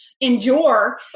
endure